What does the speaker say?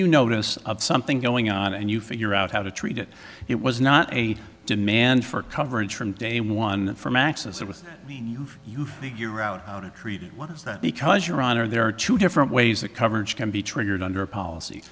you notice of something going on and you figure out how to treat it it was not a demand for coverage from day one from access it with you you figure out how to treat what is that because your honor there are two different ways the coverage can be triggered under a policy